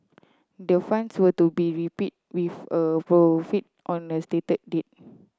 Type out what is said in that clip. the funds were to be repeat with a profit on a stated date